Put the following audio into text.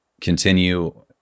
continue